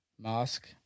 Mask